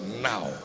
now